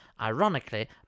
ironically